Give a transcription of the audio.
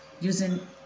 using